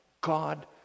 God